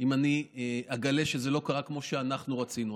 אם אני אגלה שזה לא קרה כמו שאנחנו רצינו.